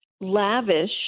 lavish